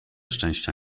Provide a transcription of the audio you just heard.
szczęścia